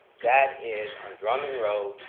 that is, on drummond road,